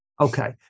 Okay